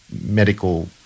medical